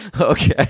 okay